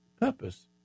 purpose